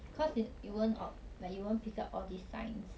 cause if you won't ob~ like you won't pick up all these signs